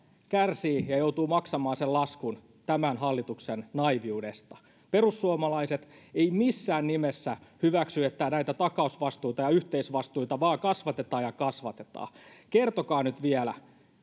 kärsii ja joutuu maksamaan laskun tämän hallituksen naiiviudesta perussuomalaiset eivät missään nimessä hyväksy että näitä takausvastuita ja yhteisvastuita vain kasvatetaan ja kasvatetaan kertokaa nyt vielä